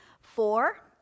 Four